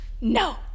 no